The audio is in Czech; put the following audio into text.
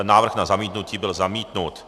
Návrh na zamítnutí byl zamítnut.